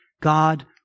God